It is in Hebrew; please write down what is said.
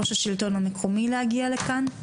ראש השלטון המקומי להגיע לכאן,